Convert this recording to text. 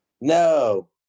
No